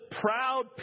proud